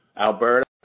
Alberta